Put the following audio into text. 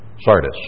Sardis